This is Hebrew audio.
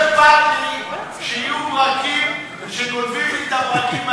לא אכפת לי שיהיו ברקים ושגונבים לי את הברקים,